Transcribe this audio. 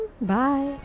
Bye